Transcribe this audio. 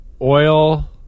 oil